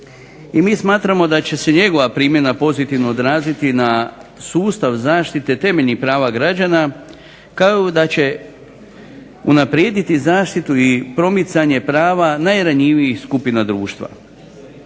i mi smatramo da će se njegova primjena pozitivno odraziti na sustav zaštite temeljnih prava građana, kao i da će unaprijediti zaštitu i promicanje prava najranjivijih skupina društva.